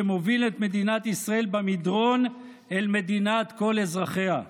שמוביל את מדינת ישראל במדרון אל מדינת כל אזרחיה.